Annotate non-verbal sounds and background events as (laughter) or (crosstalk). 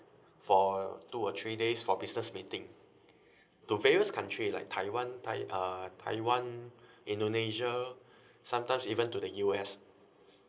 for two or three days for business meeting (breath) to various country like taiwan tai~ uh taiwan (breath) indonesia (breath) sometimes even to the U_S